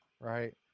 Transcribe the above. right